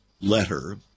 letter